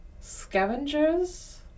scavengers